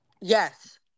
Yes